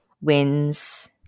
wins